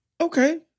Okay